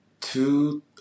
two